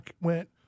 went